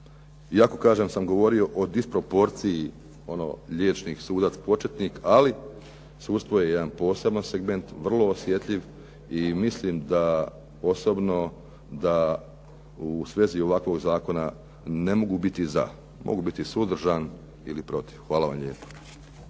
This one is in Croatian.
Iako kažem da sam govorio o disproporciji ono liječnik-sudac početnik, ali sudstvo je jedan poseban segment, vrlo osjetljivi i mislim osobno da u svezi ovakvog zakona mogu biti za. Mogu biti suzdržan ili protiv. Hvala vam lijepa.